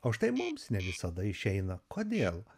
o štai mums ne visada išeina kodėl